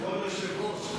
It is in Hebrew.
כבוד היושב-ראש,